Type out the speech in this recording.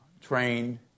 trained